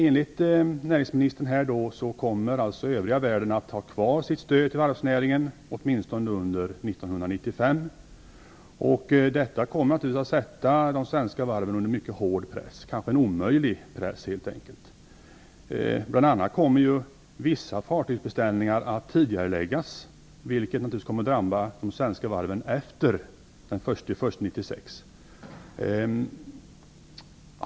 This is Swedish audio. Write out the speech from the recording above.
Enligt näringsministern kommer övriga världen att ha kvar stödet till varvsnäringen under åtminstone 1995. Detta kommer naturligtvis att sätta de svenska varven under mycket hård press. Det blir kanske t.o.m. en omöjligt press. Bl.a. kommer vissa fartygsbeställningar att tidigareläggas. Det kommer naturligtvis att drabba de svenska varven efter den 1 januari 1996.